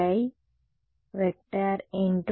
r